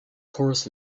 chorus